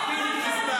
פינדרוס מהקואליציה.